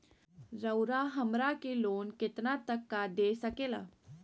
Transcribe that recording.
रउरा हमरा के लोन कितना तक का दे सकेला?